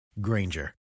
Granger